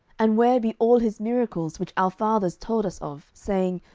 and where be all his miracles which our fathers told us of, saying,